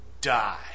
die